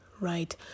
Right